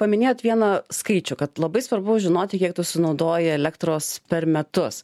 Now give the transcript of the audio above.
paminėjot vieną skaičių kad labai svarbu žinoti kiek tu sunaudoji elektros per metus